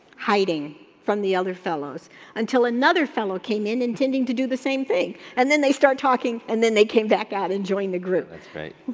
hiding from the other fellows until another fellow came in intending to do the same thing and then they start talking and then they came back out and joined the group. that's great.